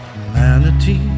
Humanity